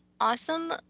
awesome